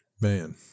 Man